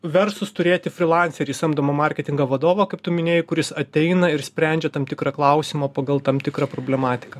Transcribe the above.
versus turėti frilanserį samdomą marketingo vadovą kaip tu minėjai kuris ateina ir sprendžia tam tikrą klausimą pagal tam tikrą problematiką